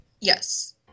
Yes